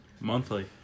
Monthly